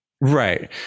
Right